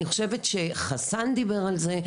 אני חושבת שחסאן דיבר על זה,